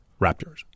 Raptors